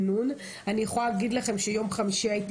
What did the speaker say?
אני יכולה להגיד לכם שביום חמישי הייתי